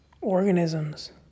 organisms